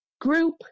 group